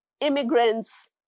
immigrants